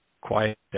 quiet